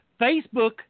Facebook